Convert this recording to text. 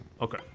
Okay